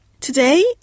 Today